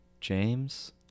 James